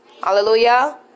Hallelujah